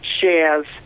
shares